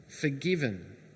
forgiven